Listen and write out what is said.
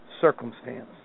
circumstance